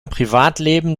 privatleben